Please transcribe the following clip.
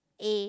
A